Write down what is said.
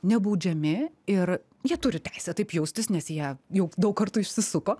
nebaudžiami ir jie turi teisę taip jaustis nes jie jau daug kartų išsisuko